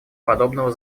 подобного